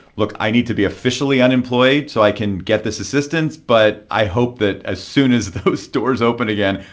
look i need to be officially unemployed so i can get this assistance. but i hope that as soon as those doors open again,